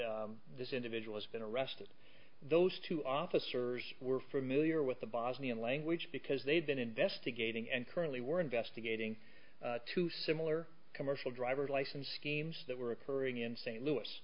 that this individual has been arrested those two officers were familiar with the bosnian language because they had been investigating and currently we're investigating two similar commercial driver's license schemes that were occurring in st